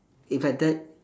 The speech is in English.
if like that